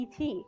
et